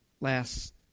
last